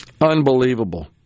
Unbelievable